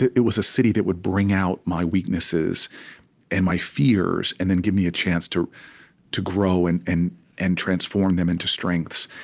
it was a city that would bring out my weaknesses and my fears, and then give me a chance to to grow and and and transform them into strengths.